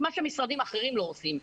מה שמשרדים אחרים לא עושים.